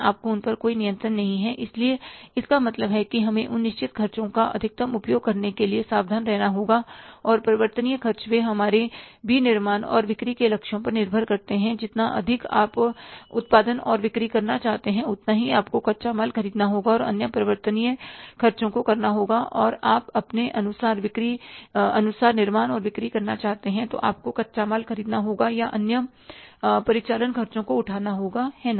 आपका उन पर कोई नियंत्रण नहीं है इसलिए इसका मतलब है कि हमें उन निश्चित खर्चों का अधिकतम उपयोग करने के लिए सावधान रहना होगा और परिवर्तनीय खर्च वे हमारे विनिर्माण और बिक्री के लक्ष्यों पर निर्भर करते हैं जितना अधिक आप उत्पादन और बिक्री करना चाहते हैं उतना ही आपको कच्चा माल खरीदना होगा और अन्य परिवर्तनीय खर्चों को करना होगा और आप अपने अनुसार निर्माण और बिक्री करना चाहते हैं तो आपको कच्चा माल खरीदना होगा और अन्य परिचालन खर्चों को उठाना होगा है ना